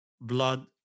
blood